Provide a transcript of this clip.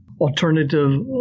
alternative